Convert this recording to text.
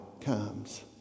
comes